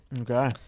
Okay